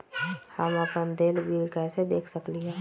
हम अपन देल बिल कैसे देख सकली ह?